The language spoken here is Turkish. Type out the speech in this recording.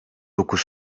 dokuz